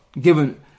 given